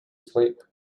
sleep